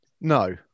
No